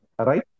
Right